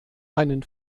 einen